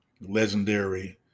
legendary